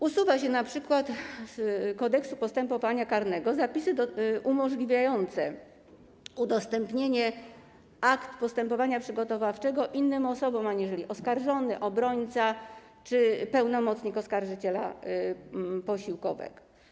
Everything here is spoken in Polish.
Usuwa się np. z Kodeksu postępowania karnego zapisy umożliwiające udostępnienie akt postępowania przygotowawczego innym osobom aniżeli oskarżony, obrońca czy pełnomocnik oskarżyciela posiłkowego.